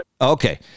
okay